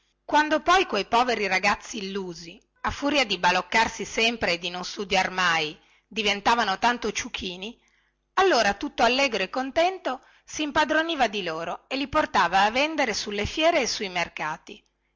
quando poi quei poveri ragazzi illusi a furia di baloccarsi sempre e di non studiare mai diventavano tanti ciuchini allora tutto allegro e contento simpadroniva di loro e li portava a vendere sulle fiere e sui mercati